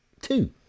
two